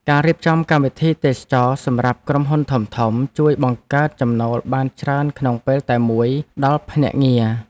ការរៀបចំកម្មវិធីទេសចរណ៍សម្រាប់ក្រុមហ៊ុនធំៗ ជួយបង្កើតចំណូលបានច្រើនក្នុងពេលតែមួយដល់ភ្នាក់ងារ។